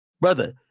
brother